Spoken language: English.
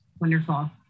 Wonderful